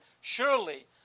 Surely